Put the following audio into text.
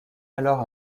alors